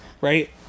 right